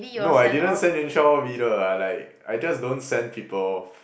no I didn't send Yuan Shao off either I like I just don't send people off